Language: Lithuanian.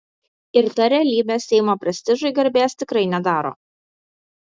ir ta realybė seimo prestižui garbės tikrai nedaro